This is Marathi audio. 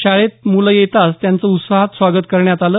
शाळेत मुलं येताच त्यांचं उत्साहात स्वागत करण्यात आलं